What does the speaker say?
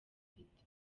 ifite